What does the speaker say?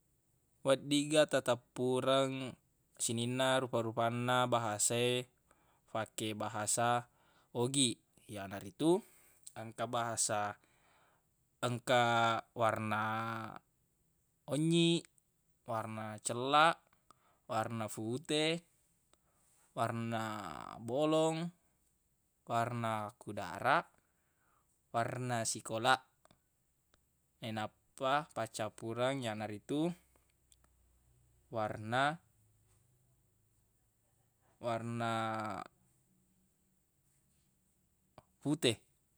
Weddigga tatappureng sininna rufa-rufanna bahasa e fake bahasa ogi yanaritu engka bahasa engka warna onynyi warna cellaq warna fute warna bolong warna kudaraq warna sikolaq nainappa paccappureng yanaritu warna- warna fute.